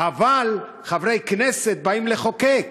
אבל חברי כנסת באים לחוקק.